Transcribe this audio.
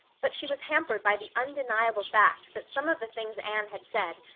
but she was hampered by the undeniable fact that some of the things anne had said,